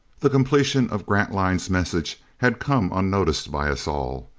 the completion of grantline's message had come unnoticed by us all.